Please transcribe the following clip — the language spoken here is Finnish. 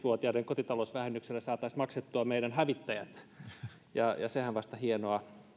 vuotiaiden kotitalousvähennyksellä saisimme maksettua meidän hävittäjämme sehän vasta hienoa